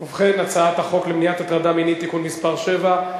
ובכן, הצעת החוק למניעת הטרדה מינית (תיקון מס' 7)